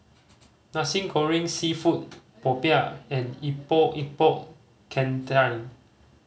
Nasi Goreng Seafood popiah and Epok Epok Kentang